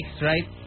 right